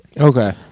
Okay